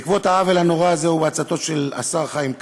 בעקבות העוול הנורא הזה, ובעצתו של השר חיים כץ,